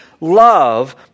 love